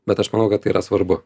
bet aš manau kad tai yra svarbu